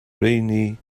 rheini